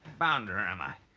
bounder am i?